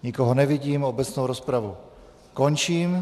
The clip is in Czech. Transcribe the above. Nikoho nevidím, obecnou rozpravu končím.